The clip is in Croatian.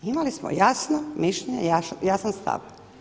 Imali smo jasno mišljenje, jasan stav.